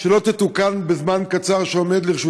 שלא תהיינה אי-הבנות: